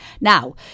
Now